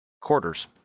quarters